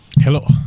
hello